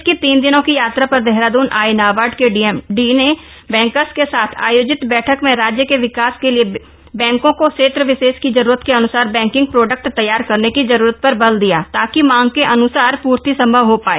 प्रदेश की तीन दिनों की यात्रा पर देहरादुन आये नाबार्ड के डीएमडी ने बैंकर्स के साथ आयोजित बैठक में राज्य के विकास के लिए बैंकों को क्षेत्र विशेष की जरूरत के अन्सार बैंकिग प्रोडक्ट तैयार करने की जरूरत पर बल दिया ताकि मांग के अन्सार पूर्ति संभव हो पाए